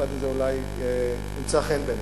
המשפט הזה אולי ימצא חן בעיניך.